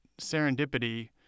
serendipity